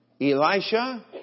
Elisha